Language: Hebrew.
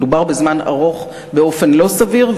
מדובר בזמן ארוך באופן לא סביר,